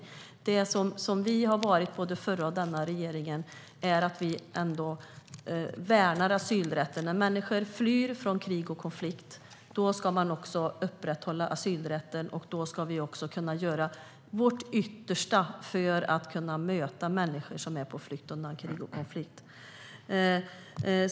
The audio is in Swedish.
Både den förra regeringen och denna regering värnar asylrätten. När människor flyr från krig och konflikt ska man upprätthålla asylrätten. Då ska vi också göra vårt yttersta för att kunna möta människor som är på flykt undan krig och konflikt.